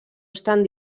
estan